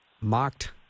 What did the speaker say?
mocked